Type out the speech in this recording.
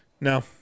no